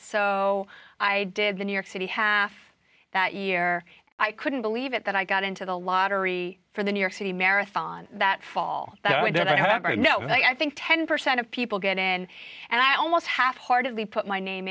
so i did the new york city half that year i couldn't believe it that i got into the lottery for the new york city marathon that fall that we did i don't know i think ten percent of people get in and i almost half heartedly put my name